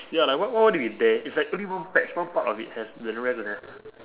ya like wh~ wh~ why need to be there it's like only one patch one part of it has the the rest don't have